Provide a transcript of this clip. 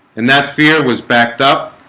and that fear was backed up